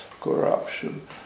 corruption